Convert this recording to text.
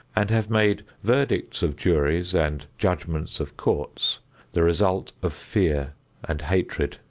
and have made verdicts of juries and judgments of courts the result of fear and hatred.